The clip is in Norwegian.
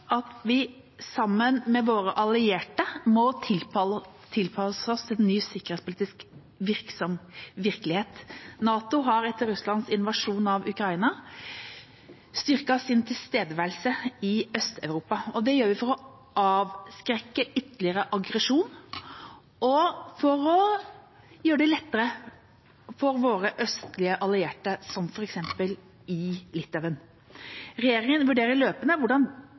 at vi, sammen med våre allierte, må tilpasse oss en ny sikkerhetspolitisk virkelighet. NATO har etter Russlands invasjon av Ukraina styrket sin tilstedeværelse i Øst-Europa. Det har vi gjort for å avskrekke ytterligere aggresjon og for å gjøre det lettere for våre østlige allierte, som f.eks. i Litauen. Regjeringa vurderer løpende hvordan